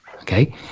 okay